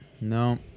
no